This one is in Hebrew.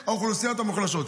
האוכלוסיות המוחלשות.